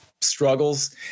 struggles